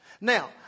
Now